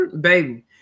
baby